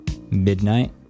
midnight